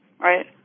right